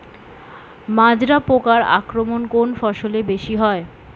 মাজরা পোকার আক্রমণ কোন ফসলে বেশি হয়?